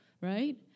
right